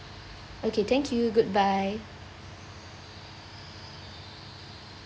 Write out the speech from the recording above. okay thank you good bye